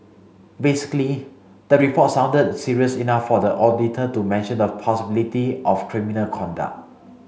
basically the report sounded serious enough for the auditor to mention the possibility of criminal conduct